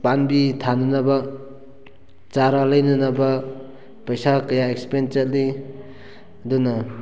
ꯄꯥꯝꯕꯤ ꯊꯥꯅꯅꯕ ꯆꯥꯔꯥ ꯂꯩꯅꯅꯕ ꯄꯩꯁꯥ ꯀꯌꯥ ꯑꯦꯛꯁꯄꯦꯟ ꯆꯠꯂꯤ ꯑꯗꯨꯅ